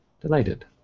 delighted